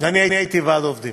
ואני הייתי ועד עובדים.